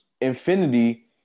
infinity